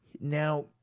Now